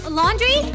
laundry